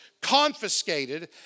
confiscated